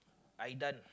Idan